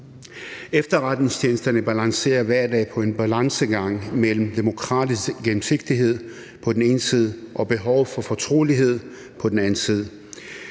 Efterretningstjenesterne balancerer hver dag i en balancegang mellem demokratisk gennemsigtighed på den ene side og behovet for fortrolighed